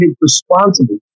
responsible